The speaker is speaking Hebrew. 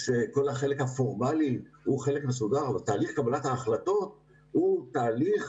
כל החלק הפורמלי הוא חלק מסודר אבל תהליך קבלת ההחלטות הוא תהליך